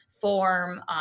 form